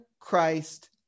Christ